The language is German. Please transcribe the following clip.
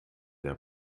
der